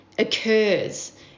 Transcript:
occurs